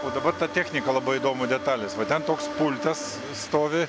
o dabar ta technika labai įdomu detalės va ten toks pultas stovi